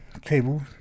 cable